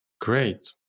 Great